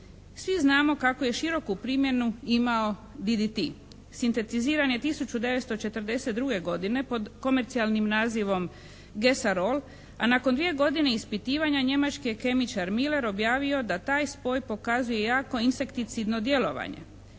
Svi znamo kako je široku primjenu imao DDT sintetizirane 1942. godine pod komercijalnim nazivom "gesarol" a nakon dvije godine ispitivanja njemački je kemičar Müller objavio da taj spoj pokazuje jako insekticidno djelovanje.